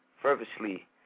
fervently